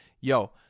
Yo